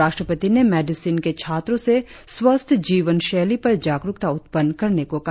राष्ट्रपति ने मेडिसिन के छात्रों से स्वस्थ जीवन शैली पर जागरुकता उत्पन्न करने को कहा